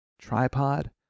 tripod